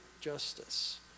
justice